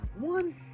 one